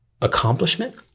accomplishment